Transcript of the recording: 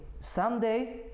someday